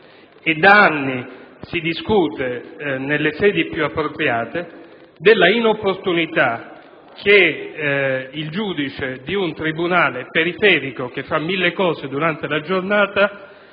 Da anni si discute, nelle sedi più appropriate, della inopportunità che il giudice di un tribunale periferico, che fa mille cose durante la giornata,